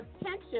attention